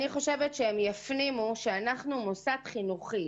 המדינה צריכה להפנים שאנחנו מוסד חינוכי.